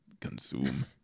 Consume